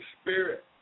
Spirit